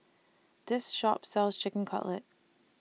This Shop sells Chicken Cutlet